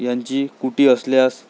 यांची कुटी असल्यास